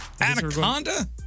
Anaconda